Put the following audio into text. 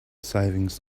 savings